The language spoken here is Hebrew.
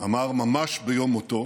אמר ממש ביום מותו